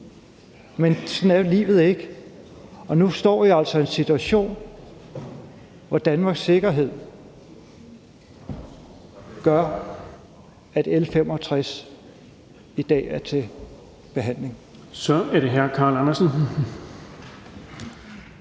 Men sådan er livet ikke, og nu står vi altså i en situation, hvor Danmarks sikkerhedssituation gør, at L 65 i dag er til behandling. Kl. 13:51 Den fg. formand